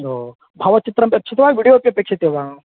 ओ भावचित्रम् अपेक्ष्यते वा विडियो अपेक्ष्यते वा